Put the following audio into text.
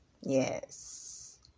Yes